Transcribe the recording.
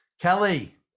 Kelly